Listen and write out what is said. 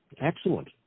Excellent